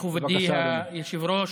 מכובדי היושב-ראש,